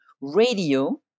radio